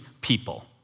people